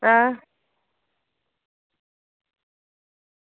आं